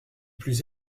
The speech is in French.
plus